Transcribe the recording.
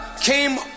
came